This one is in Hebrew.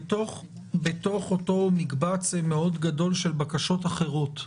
בתוך אותו מקבץ גדול מאוד של בקשות אחרות,